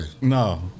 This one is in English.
No